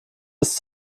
ist